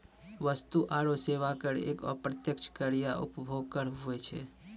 वस्तु आरो सेवा कर एक अप्रत्यक्ष कर या उपभोग कर हुवै छै